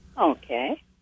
Okay